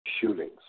shootings